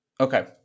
Okay